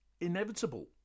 inevitable